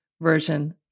version